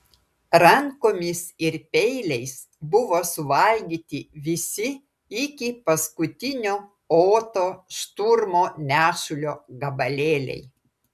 rankomis ir peiliais buvo suvalgyti visi iki paskutinio oto šturmo nešulio gabalėliai